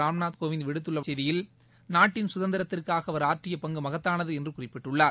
ராம்நாத் கோவிந்த் விடுத்துள்ள செய்தியில் நாட்டின் சுதந்திரத்திற்காக அவர் ஆற்றிய பங்கு மகத்தானது என்று குறிப்பிட்டுள்ளார்